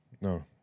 No